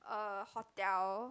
a hotel